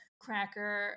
cracker